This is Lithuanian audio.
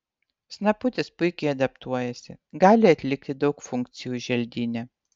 snaputis puikiai adaptuojasi gali atlikti daug funkcijų želdyne